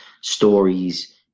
stories